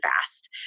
fast